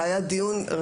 שהיה דיון,